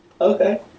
okay